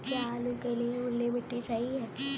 क्या आलू के लिए बलुई मिट्टी सही है?